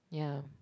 yeah